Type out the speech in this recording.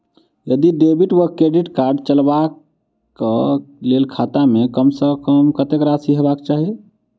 यदि डेबिट वा credit card चलबाक कऽ लेल खाता मे कम सऽ कम कत्तेक राशि हेबाक चाहि?